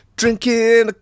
drinking